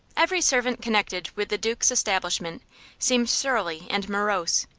every servant connected with the duke's establishment seemed surly and morose,